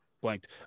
blanked